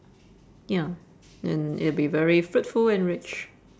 ya and it'll be very fruitful and rich